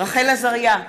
רחל עזריה,